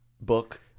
book